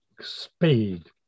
speed